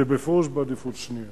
זה בפירוש בעדיפות שנייה.